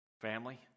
Family